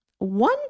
One